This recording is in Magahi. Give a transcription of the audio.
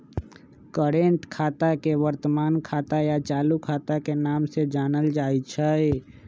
कर्रेंट खाता के वर्तमान खाता या चालू खाता के नाम से जानल जाई छई